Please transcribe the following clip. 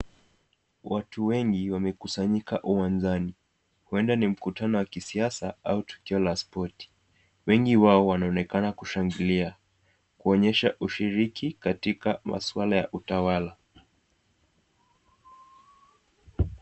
Watu wengi wamekusanyika uwanjani,.uenda ni mkutano ya kisiasa au tukio la spoti , wengi wao wanaonekana kushangilia kuonyesha ushiriki katikati maswala ya utawala.